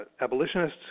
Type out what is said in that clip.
abolitionists